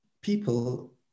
People